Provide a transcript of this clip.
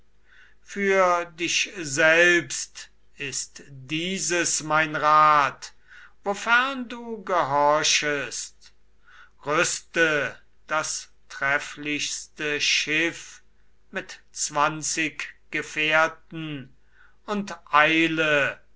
für dich selbst ist dieses mein rat wofern du gehorchest rüste das trefflichste schiff mit zwanzig gefährten und eile